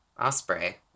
Osprey